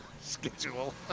schedule